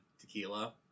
tequila